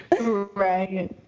right